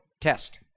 test